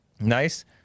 Nice